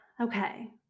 Okay